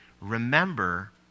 Remember